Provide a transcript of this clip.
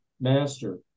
master